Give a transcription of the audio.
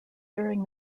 during